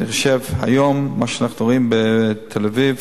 אני חושב שמה שאנחנו רואים היום בתל-אביב,